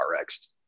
RX